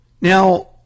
Now